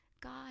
God